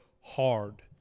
hard